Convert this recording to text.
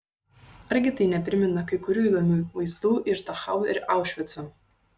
argi tai neprimena kai kurių įdomių vaizdų iš dachau ir aušvico